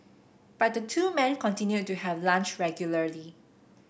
but the two men continued to have lunch regularly